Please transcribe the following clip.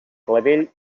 clavell